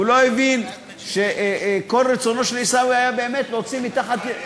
והוא לא הבין שכל רצונו של עיסאווי היה באמת להוציא מתחת,